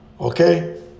okay